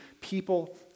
people